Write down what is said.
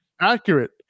accurate